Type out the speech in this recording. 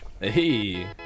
Hey